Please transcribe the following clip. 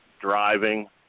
driving